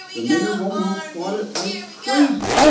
the mayor of omaha fought it like crazy.